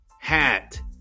hat